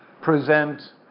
present